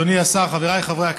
התשע"ח 2018, של חברי הכנסת